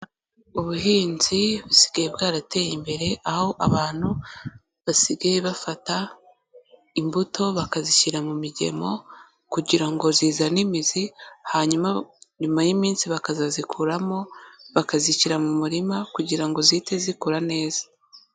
Ubuhinzi busigaye bwarateye imbere, aho abantu basigaye bafata imbuto bakazishyira mu migemo kugira ngo zizane imizi, hanyuma nyuma y'iminsi bakazazikuramo, bakazishyira mu murima kugira ngo zihite zikura neza.